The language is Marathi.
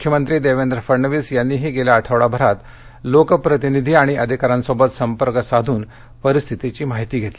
मुख्यमंत्री देवेंद्र फडणवीस यांनीही गेल्या आठवडाभरात लोक प्रतिनिधी आणि अधिकाऱ्यांसोबत संपर्क साधून परिस्थितीची माहिती घेतली